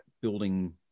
building